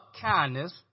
kindness